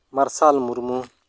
ᱢᱟᱨᱥᱟᱞ ᱢᱩᱨᱢᱩ